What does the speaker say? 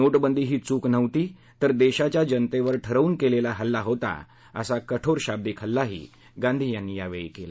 नोटबंदी ही चूक नव्हती तर देशाच्या जनतेवर ठरवून केलेला हल्ला होता असा कठोर शब्दीक हल्लाही गांधी यांनी यावेळी केला